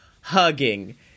hugging